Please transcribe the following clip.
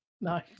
No